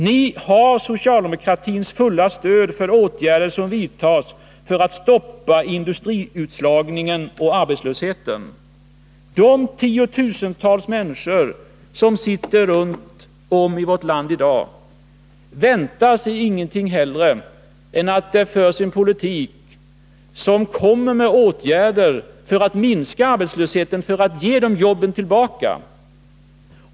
Ni har socialdemokratins fulla stöd för åtgärder som vidtas för att stoppa industriutslagningen och arbetslösheten. Tiotusentals människor runt om i vårt land önskar sig i dag ingenting högre än att det vidtas åtgärder för att minska arbetslösheten och ge dem jobben tillbaka.